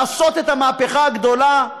לעשות את המהפכה הגדולה,